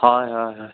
হয় হয় হয়